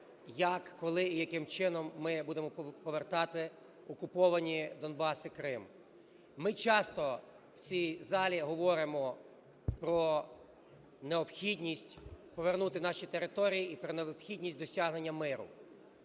як, коли і яким чином ми будемо повертати окуповані Донбас і Крим. Ми часто в цій залі говоримо про необхідність повернути наші території і про необхідність досягнення миру.